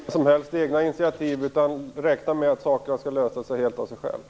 Fru talman! Regeringen tar alltså inga som helst egna initiativ utan räknar med att sakerna skall lösa sig helt av sig själva.